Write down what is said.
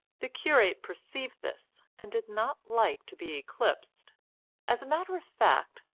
the curate perceived this and did not like to be eclipsed as a matter of fact,